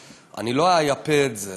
אני לא אייפה את זה.